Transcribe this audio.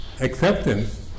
Acceptance